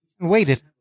Waited